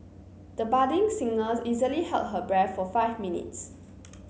the budding singer easily held her breath for five minutes